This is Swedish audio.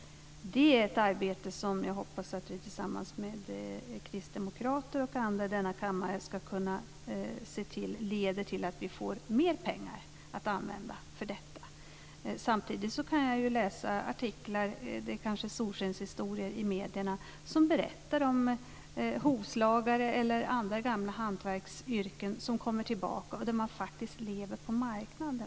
Detta är ett arbete som jag hoppas att vi tillsammans med kristdemokrater och andra i denna kammare ska se till leder till att det blir mer pengar att använda för detta. Samtidigt kan jag läsa artiklar - men det kanske är solskenshistorier - i medierna som berättar om hovslagare eller andra gamla hantverksyrken som kommer tillbaka och där man faktiskt lever på marknaden.